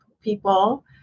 people